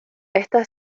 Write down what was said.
esta